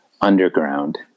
underground